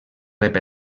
rep